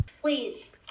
please